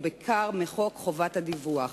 ובעיקר מחוק חובת דיווח.